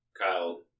Kyle